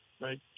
Right